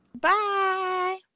Bye